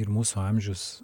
ir mūsų amžius